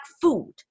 food